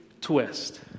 twist